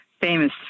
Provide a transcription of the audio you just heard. famous